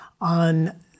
on